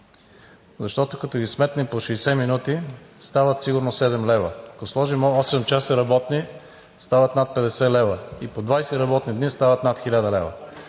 защото, като ги сметнем по 60 минути, стават сигурно седем лева – ако сложим осем часа работни, стават над 50 лв., и по 20 работни дни, стават над 1000 лв.